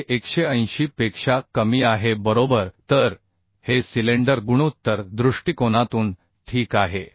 जे 180 पेक्षा कमी आहे बरोबर तर हे सिलेंडर गुणोत्तर दृष्टिकोनातून ठीक आहे